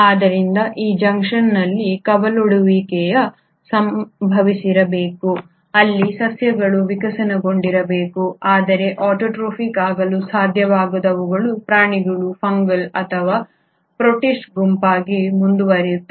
ಆದ್ದರಿಂದ ಈ ಜಂಕ್ಷನ್ನಲ್ಲಿ ಕವಲೊಡೆಯುವಿಕೆಯು ಸಂಭವಿಸಿರಬೇಕು ಅಲ್ಲಿ ಸಸ್ಯಗಳು ವಿಕಸನಗೊಂಡಿರಬೇಕು ಆದರೆ ಆಟೋಟ್ರೋಫಿಕ್ ಆಗಲು ಸಾಧ್ಯವಾಗದವುಗಳು ಪ್ರಾಣಿ ಫಂಗಲ್ ಅಥವಾ ಪ್ರೊಟಿಸ್ಟ್ ಗುಂಪಾಗಿ ಮುಂದುವರಿಯುತ್ತವೆ